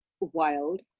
wild